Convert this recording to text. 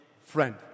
Friend